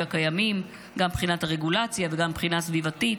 הקיימים גם מבחינת הרגולציה וגם מבחינה סביבתית,